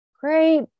great